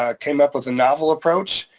ah came up with a novel approach,